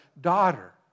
daughter